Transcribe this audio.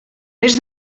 més